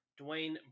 Dwayne